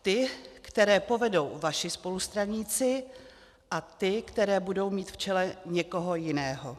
Ty, které povedou vaši spolustraníci, a ty, které budou mít v čele někoho jiného.